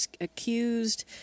accused